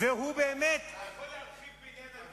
אז אם כך, אתה צריך לתמוך במה שאמר ליברמן.